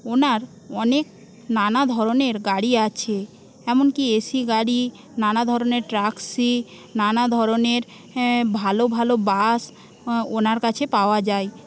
ওনার অনেক নানা ধরণের গাড়ি আছে এমনকি এসি গাড়ি নানা ধরণের ট্যাক্সি নানা ধরণের ভালো ভালো বাস ওনার কাছে পাওয়া যায়